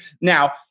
now